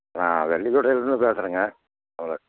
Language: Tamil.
நான் வெள்ளிக்குடியிலேருந்து பேசுகிறேங்க உங்கள்